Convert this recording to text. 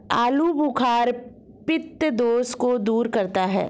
आलूबुखारा पित्त दोष को दूर करता है